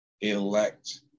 elect